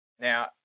Now